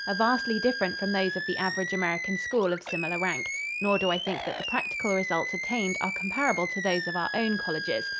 vastly different from those of the average american school of similar rank nor do i think that the practical results attained are comparable to those of our own colleges.